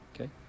Okay